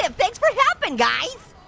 and thanks for helping' guys.